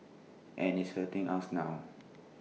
and it's hurting us now